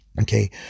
Okay